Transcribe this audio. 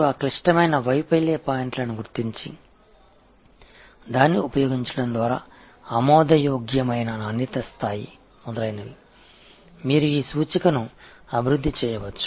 அந்த வகையான நுட்பத்தைப் பயன்படுத்தி அந்த முக்கியமான தோல்வி புள்ளிகளை நீங்கள் அடையாளம் கண்டு அதைப் பயன்படுத்தி க்வாலிடியின் ஏற்றுக்கொள்ளக்கூடிய நிலை என்ன இந்த குறியீட்டை நீங்கள் உருவாக்கலாம்